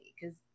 because-